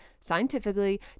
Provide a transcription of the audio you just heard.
scientifically